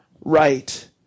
right